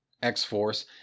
X-Force